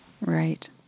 Right